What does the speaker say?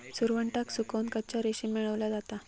सुरवंटाक सुकवन कच्चा रेशीम मेळवला जाता